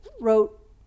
wrote